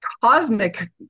cosmic